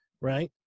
right